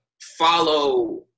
follow